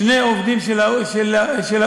שני עובדים של האו"ם,